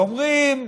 ואומרים: